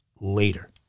later